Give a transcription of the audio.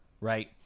right